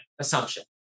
assumption